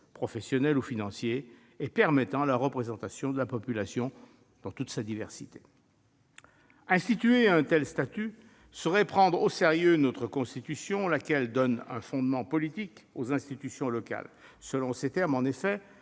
professionnel ou financier, et permettant la représentation de la population dans toute sa diversité. Instituer un tel statut serait prendre au sérieux notre Constitution, laquelle donne un fondement politique aux institutions locales. Selon les termes de